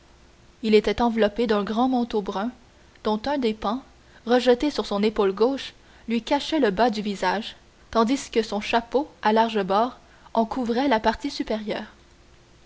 il était enveloppé d'un grand manteau brun dont un des pans rejeté sur son épaule gauche lui cachait le bas du visage tandis que son chapeau à larges bords en couvrait la partie supérieure